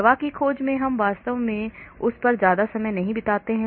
दवा की खोज में हम वास्तव में उस पर ज्यादा समय नहीं बिताते हैं